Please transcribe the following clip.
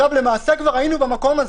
למעשה כבר היינו במקום הזה,